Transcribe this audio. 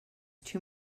too